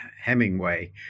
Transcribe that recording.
Hemingway